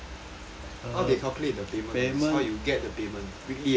how they calculate the payment how you get the payment weekly ah